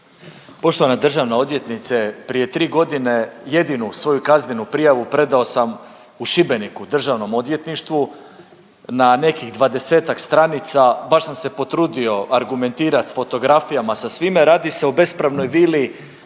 Poštovana državna odvjetnice, prije 3.g. jedinu svoju kaznenu prijavu predao sam u Šibeniku državnom odvjetništvu na nekih 20-tak stranica, baš sam se potrudio argumentirat s fotografijama, sa svime, radi se o bespravnoj vili